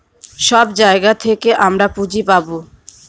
সব জায়গা থেকে আমরা পুঁজি পাবো